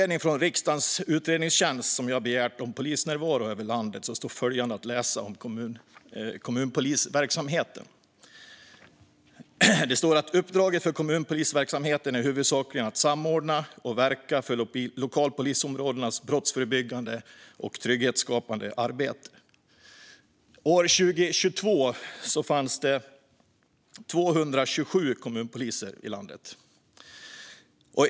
I en utredning om polisnärvaro över landet som jag begärde från riksdagens utredningstjänst står det att uppdraget för kommunpolisverksamheten huvudsakligen är att samordna och verka för lokalpolisområdenas brottsförebyggande och trygghetsskapande arbete. År 2022 fanns det 227 kommunpoliser i landet.